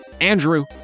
Andrew